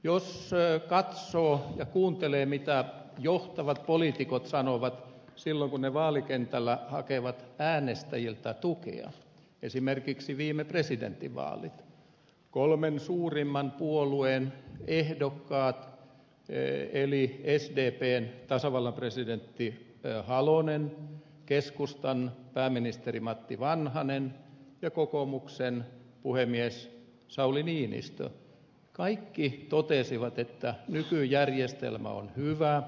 jos katsoo ja kuuntelee mitä johtavat poliitikot sanovat silloin kun he vaalikentällä hakevat äänestäjiltä tukea esimerkiksi viime presidentinvaaleissa kolmen suurimman puolueen ehdokkaat eli sdpn tasavallan presidentti halonen keskustan pääministeri matti vanhanen ja kokoomuksen puhemies sauli niinistö kaikki totesivat että nykyjärjestelmä on hyvä